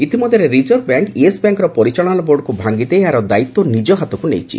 ଇତିମଧ୍ୟରେ reserve bank Yes ବ୍ୟାଙ୍କର ପରିଚାଳନା ବୋର୍ଡକ୍ ଭାଙ୍ଗିଦେଇ ଏହାର ଦାୟିତ୍ୱ ନିକ ହାତକୁ ନେଇଛି